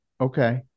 Okay